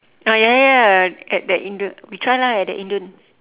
ah ya ya at the indo we try lah at the indon